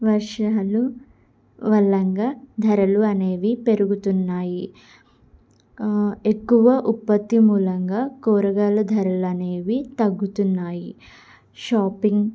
వర్షాలు వల్లంగా ధరలు అనేవి పెరుగుతున్నాయి ఎక్కువ ఉత్పత్తి మూలంగా కూరగాయల ధరలనేవి తగ్గుతున్నాయి షాపింగ్